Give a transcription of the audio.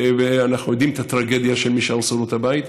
ואנחנו יודעים את הטרגדיה של מי שהרסו לו את הבית,